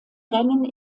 rennen